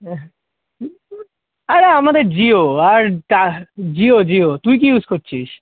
হ্যাঁ ধুর ধুর আরে আমাদের জিও আর টার জিও জিও তুই কী ইউস করছিস